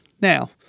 Now